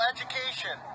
Education